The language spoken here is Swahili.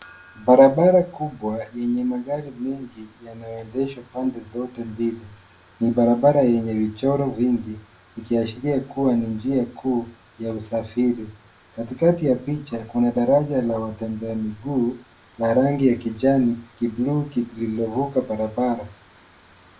Barabara kubwa yenye magari mengi yanayoendeshwa pande zote mbili. Ni barabara yenye michoro mingi ikiashiria kuwa ni njia kuu ya usafiri. Katikati ya picha kuna daraja la watembea miguu la rangi ya kijani, kibuluu, lililovuka barabara.